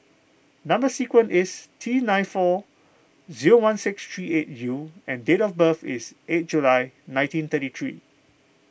Number Sequence is T nine four zero one six three eight U and date of birth is eight July nineteen thirty three